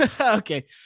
Okay